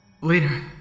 Later